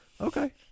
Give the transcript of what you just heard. Okay